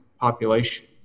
population